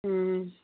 हम्म